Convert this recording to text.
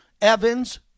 Evans